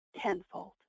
tenfold